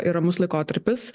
ir ramus laikotarpis